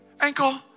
Ankle